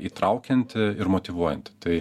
įtraukianti ir motyvuojanti tai